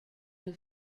new